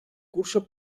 curso